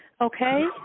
Okay